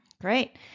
Great